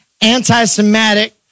anti-Semitic